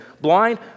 blind